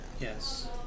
Yes